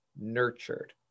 nurtured